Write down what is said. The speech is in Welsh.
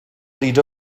bryd